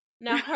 now